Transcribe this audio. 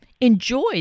enjoy